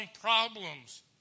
problems